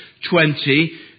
20